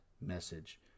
message